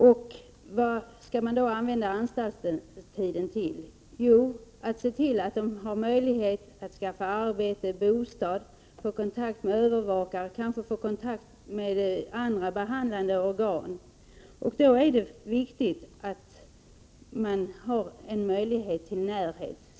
Vad skall man då använda anstaltstiden till? Jo, att se till att de har möjlighet att skaffa arbete och bostad, få kontakt med övervakare och kanske få kontakt med andra behandlande organ. Då är det viktigt att ha möjlighet till närhet.